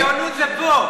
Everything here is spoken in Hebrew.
הציונות זה פה.